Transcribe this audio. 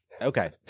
Okay